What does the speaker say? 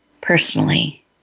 personally